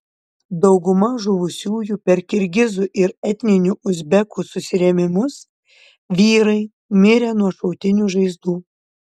dauguma žuvusiųjų per kirgizų ir etninių uzbekų susirėmimus vyrai mirę nuo šautinių žaizdų